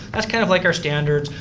that's kind of like our standards.